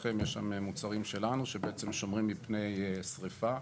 יש שם מוצרים שלנו שבעצם שומרים מפני שריפה,